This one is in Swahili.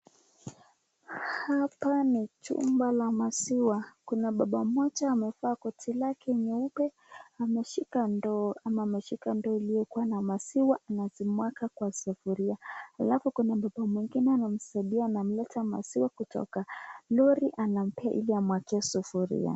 Hapa ni chumba la maziwa. Kuna baba mmoja amevaa koti lake nyeupe ameshika ndoo ama ameshika ndoo iliokuwa na maziwa anazimwaga kwa sufuria. Alafu baba mwingine anamsaidia anamleta maziwa kutoka lori anampee ili amwagie sufuria.